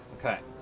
okay.